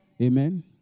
Amen